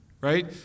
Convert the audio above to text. Right